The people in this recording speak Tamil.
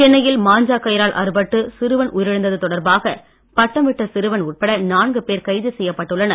சென்னையில் மாஞ்சாக் கயிறால் அறுபட்டு சிறுவன் உயிரிழந்தது தொடர்பாக பட்டம் விட்ட சிறுவன் உட்பட நான்கு பேர் கைது செய்யப்பட்டு உள்ளனர்